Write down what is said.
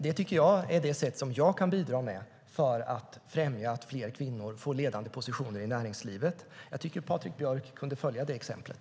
Det tycker jag är det sätt som jag kan bidra med för att främja att fler kvinnor får ledande positioner i näringslivet. Jag tycker att Patrik Björck kunde följa det exemplet.